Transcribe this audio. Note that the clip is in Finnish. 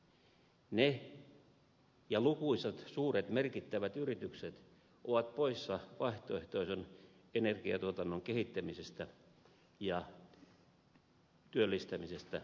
ne ja lukuisat suuret merkittävät yritykset ovat poissa vaihtoehtoisen energiatuotannon kehittämisestä ja työllistämisestä kotimaassa